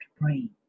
brain